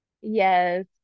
Yes